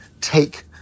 take